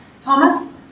Thomas